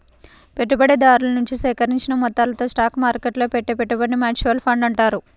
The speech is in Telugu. పెట్టుబడిదారుల నుంచి సేకరించిన మొత్తాలతో స్టాక్ మార్కెట్టులో పెట్టే పెట్టుబడినే మ్యూచువల్ ఫండ్ అంటారు